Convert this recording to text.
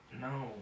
no